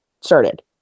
started